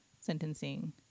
sentencing